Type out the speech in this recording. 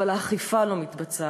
אבל האכיפה לא מתבצעת,